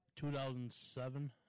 2007